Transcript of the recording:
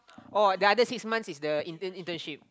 oh the other six months is the intern internship